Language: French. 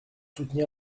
soutenir